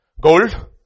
gold